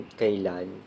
kailan